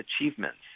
achievements